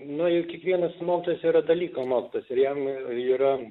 nu juk kiekvienas mokytojas yra dalyko mokytojas ir jam yra